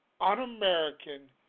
un-American